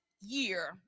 year